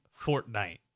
Fortnite